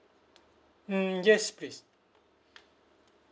mm yes please